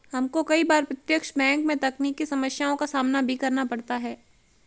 हमको कई बार प्रत्यक्ष बैंक में तकनीकी समस्याओं का सामना भी करना पड़ता है